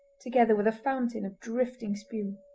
together with a fountain of drifting spume.